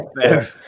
Fair